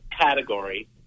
category